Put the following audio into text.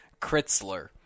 Kritzler